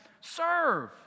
serve